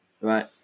right